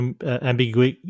ambiguous